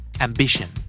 Ambition